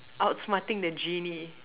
outsmarting the genie